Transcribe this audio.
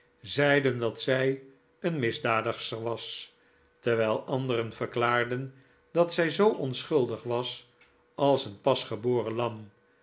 zeiden dat zij een misdadigster was terwijl anderen verklaarden dat zij zoo onschuldig was als een pasgeboren lam